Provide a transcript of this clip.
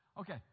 Okay